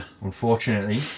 unfortunately